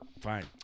fine